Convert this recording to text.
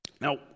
Now